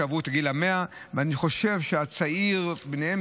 שעברו את גיל 100. אני חושב שהצעיר ביניהם